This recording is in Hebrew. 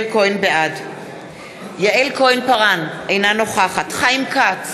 בעד יעל כהן-פארן, אינה נוכחת חיים כץ,